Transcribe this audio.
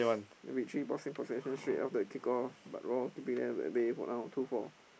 of that kick off but Roar keeping them at bay for now two four